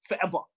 forever